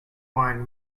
wine